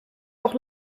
auch